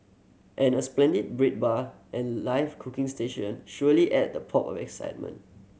and a splendid bread bar and live cooking stations surely add that pop of excitement